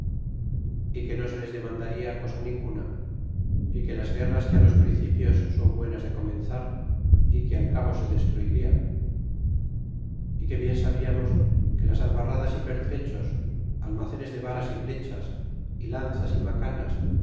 y que de se les demandarla cosa ninguna y que las guerras que á los principios son buenas de comenzar y que al cabo se destruirian y que bien sabiamos de las albarradas y pertrechos almacenes de varas y flechas y lanzas y macanas